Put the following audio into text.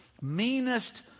meanest